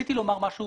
רציתי לומר משהו